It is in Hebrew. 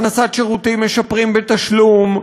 הכנסת שירותים משפרים בתשלום,